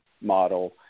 model